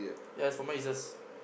ya as for mine is just